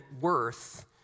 worth